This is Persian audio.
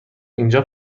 اینجا